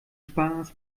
spaß